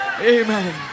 Amen